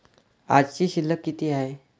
आजची शिल्लक किती हाय?